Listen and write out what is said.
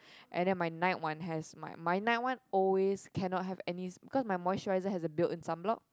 and then my night one has my my night one always cannot have any cause my moisturiser has a built in sunblock